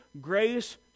grace